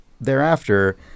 thereafter